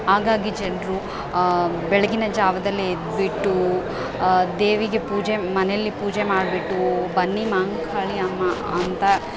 ಹಾಗಾಗಿ ಜನರು ಬೆಳಿಗಿನ ಜಾವದಲ್ಲಿ ಎದ್ದುಬಿಟ್ಟು ದೇವಿಗೆ ಪೂಜೆ ಮನೇಲಿ ಪೂಜೆ ಮಾಡಿಬಿಟ್ಟು ಬನ್ನಿ ಮಾಂಕಾಳಿ ಅಮ್ಮ ಅಂತ